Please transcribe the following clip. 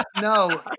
no